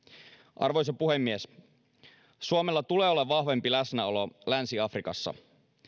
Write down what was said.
arvoisa puhemies suomella tulee olla vahvempi läsnäolo länsi afrikassa